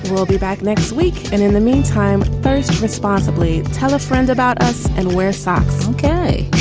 we'll be back next week. and in the meantime, first, responsibly tell a friend about us and wear socks. okay,